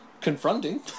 Confronting